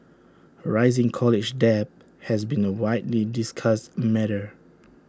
A rising college debt has been A widely discussed matter